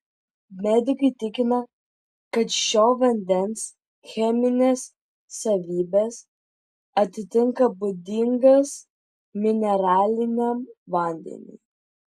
medikai tikina kad šio vandens cheminės savybės atitinka būdingas mineraliniam vandeniui